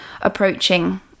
approaching